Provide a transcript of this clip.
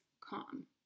calm